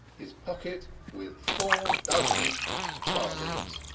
his pocket with four dozen farthings.